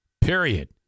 period